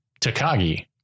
Takagi